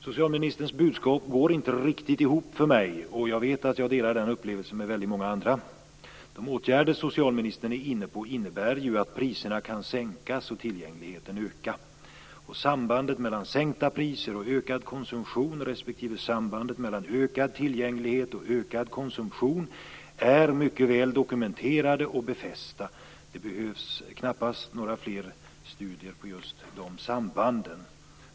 Socialministerns budskap förefaller mig inte gå riktigt ihop, och jag vet att jag delar den upplevelsen med väldigt många andra. De åtgärder som socialministern är inne på innebär ju att priserna kan sänkas och tillgängligheten öka. Sambandet mellan sänkta priser och ökad konsumtion respektive sambandet mellan ökad tillgänglighet och ökad konsumtion är mycket väl dokumenterade och befästa. Det behövs knappast några fler studier av just de sambanden.